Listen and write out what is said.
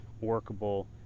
workable